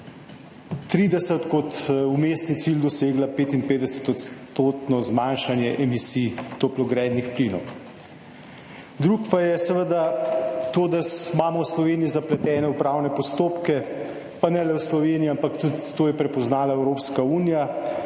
2030 kot vmesni cilj dosegla 55-odstotno zmanjšanje emisij toplogrednih plinov. Drugi pa je seveda to, da imamo v Sloveniji zapletene upravne postopke, pa ne le v Sloveniji, ampak to je prepoznala tudi Evropska unija.